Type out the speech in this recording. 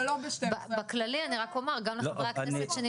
אני מודה לחברי הוועדה מראש על השתתפותם